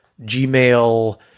Gmail